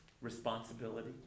responsibility